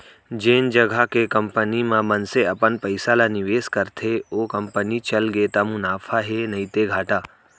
जेन जघा के कंपनी म मनसे अपन पइसा ल निवेस करथे ओ कंपनी चलगे त मुनाफा हे नइते घाटा